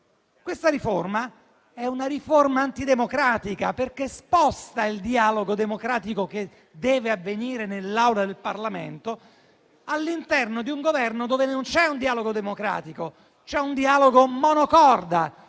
questa è una riforma antidemocratica, perché sposta il dialogo democratico, che deve avvenire nell'Aula del Parlamento, all'interno di un Governo dove non c'è un dialogo democratico, ma c'è un dialogo monocorde,